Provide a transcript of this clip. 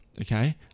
okay